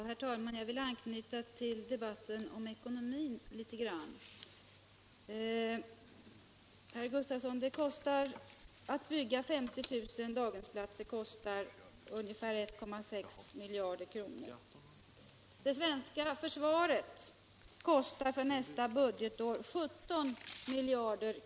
Herr talman! Jag vill anknyta till debatten om ekonomi litet grand. Herr Rune Gustavsson! Att bygga 50 000 daghemsplatser kostar ungefär 1,6 miljarder. Det svenska försvaret kostar för nästa budgetår 17 miljarder.